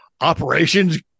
operations